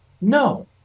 No